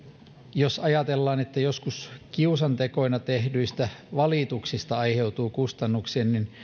jos ajatellaan että joskus kiusantekoina tehdyistä valituksista aiheutuu kustannuksia niin